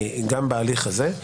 בהליך הזה,